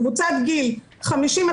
קבוצת גיל 50-59,